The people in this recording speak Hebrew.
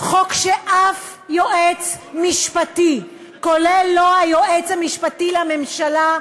חוק שאף יועץ משפטי, כולל היועץ המשפטי לממשלה,